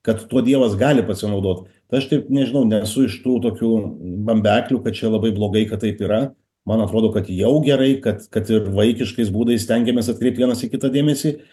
kad tuo dievas gali pasinaudot tai aš taip nežinau nesu iš tų tokių bambeklių kad čia labai blogai kad taip yra man atrodo kad jau gerai kad kad ir vaikiškais būdais stengiamės atkreipt vienas į kitą dėmesį